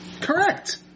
Correct